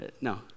No